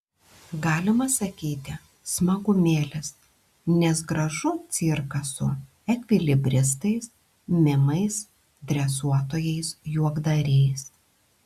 galima sakyti smagumėlis nes gražu cirkas su ekvilibristais mimais dresuotojais juokdariais